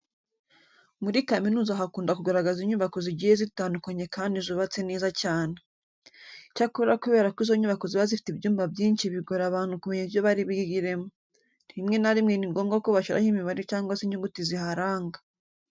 Muri kaminuza hakunda kugaragara inyubako zigiye zitandukanye kandi zubatse neza cyane. Icyakora kubera ko izo nyubako ziba zifite ibyumba byinshi bigora abantu kumenya icyo bari bwigiremo, rimwe na rimwe ni ngombwa ko bashyiraho imibare cyangwa se inyuguti ziharanga.